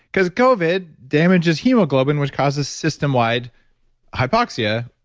because covid damages hemoglobin, which causes system wide hypoxia.